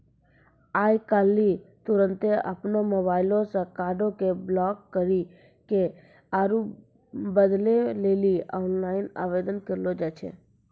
आइ काल्हि तुरन्ते अपनो मोबाइलो से कार्डो के ब्लाक करि के आरु बदलै लेली आनलाइन आवेदन करलो जाय छै